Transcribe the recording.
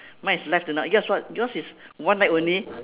mine is live tonight yours what yours is one night only